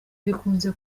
bikunze